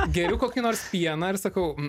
geriu kokį nors pieną ir sakau